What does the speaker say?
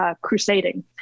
crusading